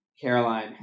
Caroline